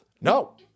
No